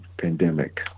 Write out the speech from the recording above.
pandemic